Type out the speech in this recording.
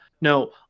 no